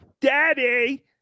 Daddy